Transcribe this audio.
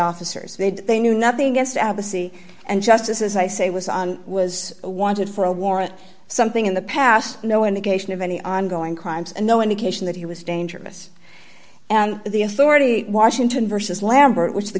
officers they knew nothing against advocacy and justice as i say was on was wanted for a warrant something in the past no indication of any ongoing crimes and no indication that he was dangerous and the authority washington versus lambert which the